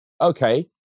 okay